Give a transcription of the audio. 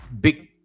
big